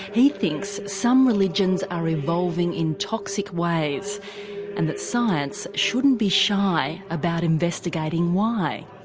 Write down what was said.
he thinks some religions are evolving in toxic ways and that science shouldn't be shy about investigating why.